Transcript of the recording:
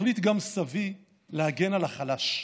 מחליט גם סבי להגן על החלש.